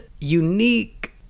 unique